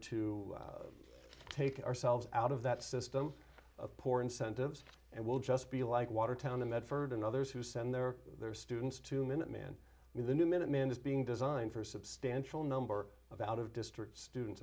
to take ourselves out of that system of poor incentives and will just be like watertown the medford and others who send their their students to minuteman with a new minuteman is being designed for a substantial number of out of district students